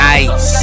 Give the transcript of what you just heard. Nice